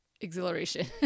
exhilaration